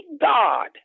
God